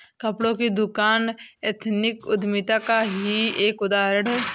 कपड़ों की दुकान एथनिक उद्यमिता का ही एक उदाहरण है